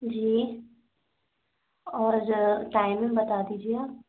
जी और टाइमिंग बता दीजिए आप